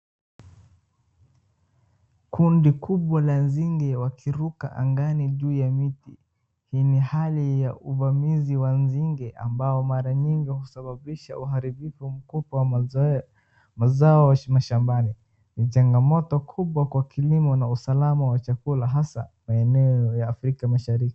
Kundi kubwa la nzige wakiruka angani juu ya miti. Hii ni halia ya uvamizi ya nzige ambao maranyingi huraharibu wa mazao mashambani. Ni changamoto kubwa kwa kilimo na usalama wa chakula hasa maeneo ya afrika mashariki.